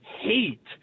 hate